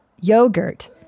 yogurt